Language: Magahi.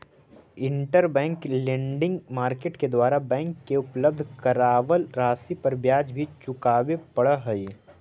इंटरबैंक लेंडिंग मार्केट के द्वारा बैंक के उपलब्ध करावल राशि पर ब्याज भी चुकावे पड़ऽ हइ